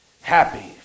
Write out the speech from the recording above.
Happy